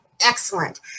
excellent